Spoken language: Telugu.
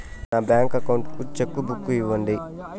నా బ్యాంకు అకౌంట్ కు చెక్కు బుక్ ఇవ్వండి